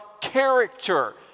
character